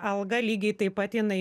alga lygiai taip pat jinai